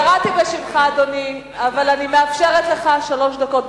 קראתי בשמך, אדוני, אבל אני מאפשרת לך שלוש דקות.